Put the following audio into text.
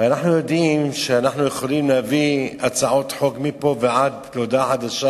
הרי אנחנו יודעים שאנחנו יכולים להביא הצעות חוק מפה ועד להודעה חדשה